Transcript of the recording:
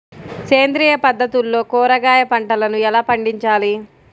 సేంద్రియ పద్ధతుల్లో కూరగాయ పంటలను ఎలా పండించాలి?